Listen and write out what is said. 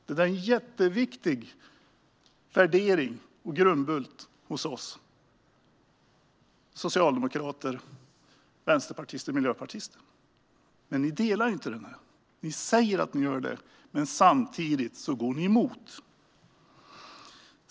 Det är en jätteviktig värdering och grundbult hos oss socialdemokrater, vänsterpartister och miljöpartister. Men ni delar inte den. Ni säger att ni gör det, men samtidigt går ni emot.